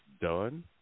done